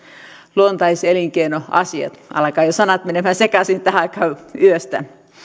luontais elinkeinoasiat alkavat jo sanat menemään sekaisin tähän aikaan yöstä